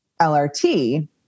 LRT